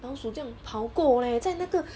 老鼠将跑过 leh 在那个